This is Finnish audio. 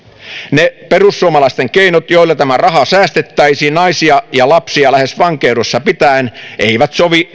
ne perussuomalaisten keinot joilla tämä raha säästettäisiin naisia ja lapsia lähes vankeudessa pitäen eivät sovi